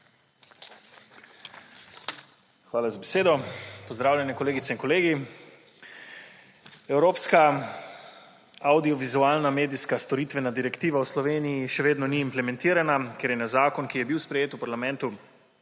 Hvala za besedo. Pozdravljene, kolegice in kolegi! Evropska avdiovizualna medijska storitvenega direktiva v Sloveniji še vedno ni implementirana, ker je na zakon, ki je bil sprejet v parlamentu